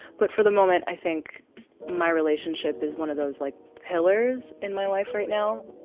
but for the moment, i think my relationship is one of those like pillars in my life right now.